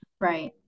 right